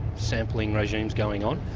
sampling regimes going on.